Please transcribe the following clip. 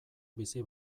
bizi